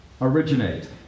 originate